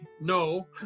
no